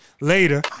later